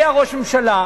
היה ראש ממשלה,